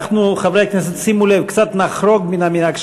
חברי הכנסת, שימו לב, קצת נחרוג מן המנהג.